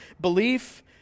Belief